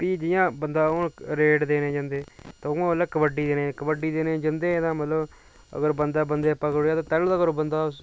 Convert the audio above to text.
फ्ही जि'यां बंदा हून रेड देने ई जंदे हून ओल्लै कबड्डी कबड्डी देने ई जंदे एह्दे मतलब अगर बंदा बंदे पकड़ी लेआ तां तैह्लूं तक्क बंदा